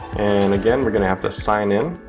and again, we're gonna have to sign in.